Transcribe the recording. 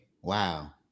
Wow